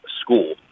school